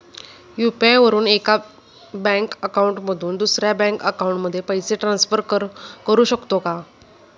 UPI वापरून एका bank account मधून दुसऱ्या बँक अकाउंटमध्ये पैसे ट्रान्सफर करू शकतो का?